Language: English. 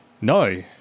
No